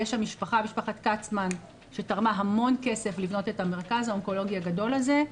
יש את משפחת כצמן שתרמה המון כסף לבנות את המרכז האונקולוגי הגדול הזה,